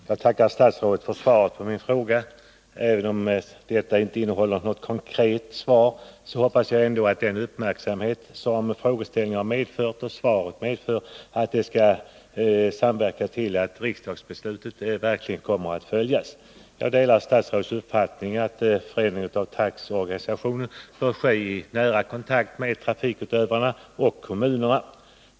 Fru talman! Jag tackar för svaret på min fråga. Även om detta inte innehåller något konkret besked hoppas jag ändå att den uppmärksamhet frågorna och svaret medför skall medverka till att riksdagsbeslutet kommer att följas. Jag delar statsrådets uppfattning att förändringar i taxiorganisationen bör ske i nära kontakt med trafikutövarna och kommunerna.